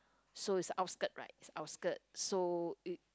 so it's outskirt right it's outskirt so you